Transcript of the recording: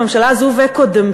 הממשלה הזאת וקודמתה,